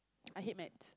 I hate maths